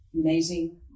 amazing